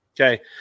Okay